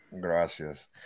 Gracias